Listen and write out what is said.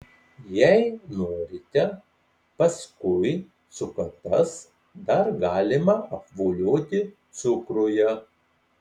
jei norite paskui cukatas dar galima apvolioti cukruje